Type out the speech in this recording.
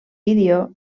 vídeo